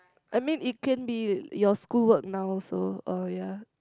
I mean it can be your school work now also or ya